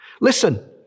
Listen